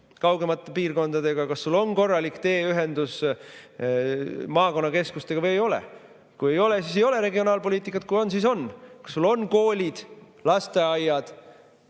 kaugemate piirkondadega, kas sul on korralik teeühendus maakonnakeskustega või ei ole? Kui ei ole, siis ei ole regionaalpoliitikat, kui on, siis on. Kas sul on koolid, lasteaiad